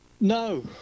No